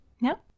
No